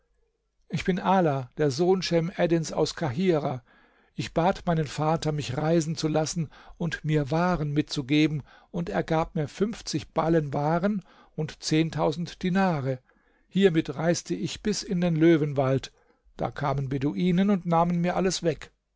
ich bin ala der sohn schems eddins aus kahirah ich bat meinen vater mich reisen zu lassen und mir waren mitzugeben und er gab mir fünfzig ballen waren und zehntausend dinare hiermit reiste ich bis in den löwenwald da kamen beduinen und nahmen mir alles weg